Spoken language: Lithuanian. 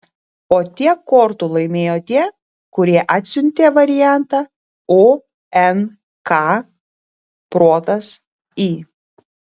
o tiek kortų laimėjo tie kurie atsiuntė variantą o n k protas i